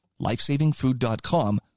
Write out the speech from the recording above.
Lifesavingfood.com